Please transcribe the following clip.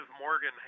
Morgan